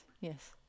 yes